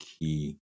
key